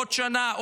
עוד שנה?